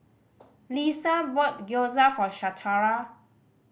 Leesa bought Gyoza for Shatara